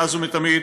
מאז ומתמיד,